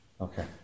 Okay